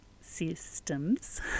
systems